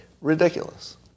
Ridiculous